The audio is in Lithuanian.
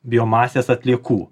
biomasės atliekų